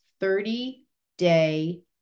30-day